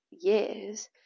years